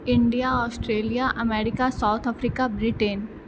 India Australia America South Africa Britain